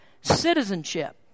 citizenship